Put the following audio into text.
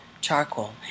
charcoal